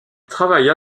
travailla